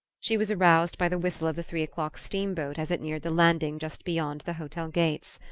she was aroused by the whistle of the three o'clock steamboat as it neared the landing just beyond the hotel gates.